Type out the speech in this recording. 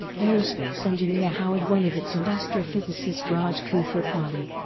aerospace engineer howard wolowitz and astrophysicist raj koothrappali.